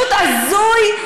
פשוט הזוי.